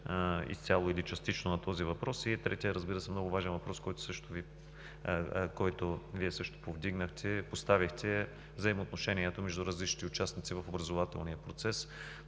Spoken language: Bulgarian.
изцяло или частично, на този въпрос. И третият, много важен въпрос, който Вие също повдигнахте, поставихте – взаимоотношенията между различните участници в образователния процес,